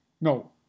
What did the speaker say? No